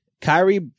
Kyrie